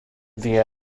via